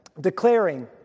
Declaring